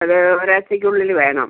അത് ഒരാഴ്ച്ചക്ക് ഉള്ളില് വേണം